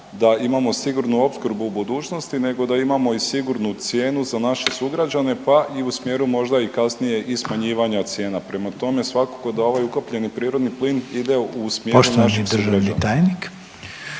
da imamo sigurnu opskrbu u budućnosti nego da imamo i sigurnu cijenu za naše sugrađane, pa i u smjeru možda i kasnije i smanjivanja cijena. Prema tome, svakako da ovaj ukapljeni prirodni plin ide u smjeru naših sugrađana.